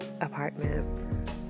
apartment